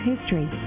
history